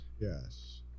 Yes